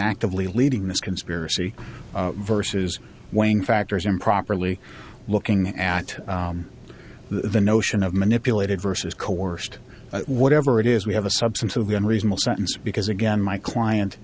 actively leading this conspiracy versus weighing factors improperly looking at the notion of manipulated versus coerced whatever it is we have a substance of the unreasonable sentence because again my client